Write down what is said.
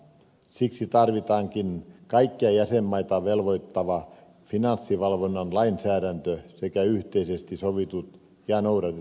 siksi tarvitaankin kaikkia jäsenmaita velvoittava finanssivalvonnan lainsäädäntö sekä yhteisesti sovitut ja noudatetut toimintasäännöt